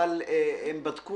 הם בדקו